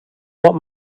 what